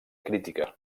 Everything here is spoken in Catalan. crítica